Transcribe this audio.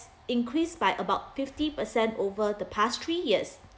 increased by about fifty percent over the past three years